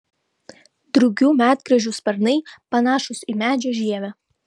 drugių medgręžių sparnai panašūs į medžio žievę